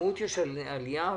יש עלייה באלימות,